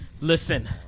Listen